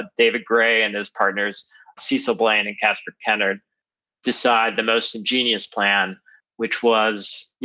david gray and his partners cecil blaine and casper kenard decide the most genius plan which was, yeah